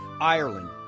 Ireland